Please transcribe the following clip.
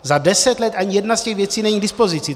Za deset let ani jedna z těch věcí není k dispozici.